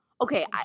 okay